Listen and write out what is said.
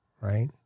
right